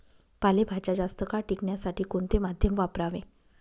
पालेभाज्या जास्त काळ टिकवण्यासाठी कोणते माध्यम वापरावे?